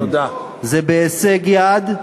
זה בהישג יד,